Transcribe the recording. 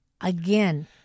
again